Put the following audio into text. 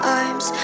arms